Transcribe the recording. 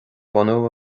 bunú